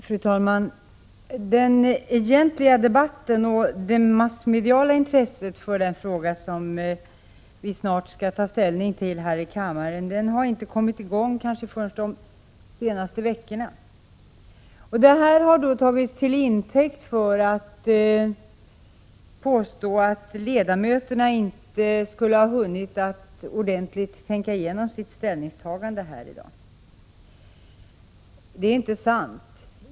Fru talman! Den egentliga debatten och det massmediala intresset för den fråga som vi snart skall ta ställning till här i kammaren har inte kommit i gång förrän kanske de senaste veckorna. Det har tagits till intäkt för att påstå att ledamöterna inte skulle ha hunnit att ordentligt tänka igenom sitt ställningstagande i dag. Det är inte sant.